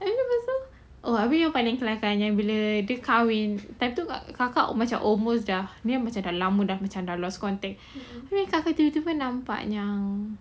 habis lepas tu oh habis yang paling kelakar yang bila dia kahwin time tu kakak macam almost dah kan dah lama suka habis kakak nampak yang